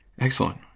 Excellent